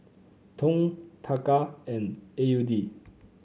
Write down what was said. Dong Taka and A U D